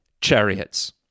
chariots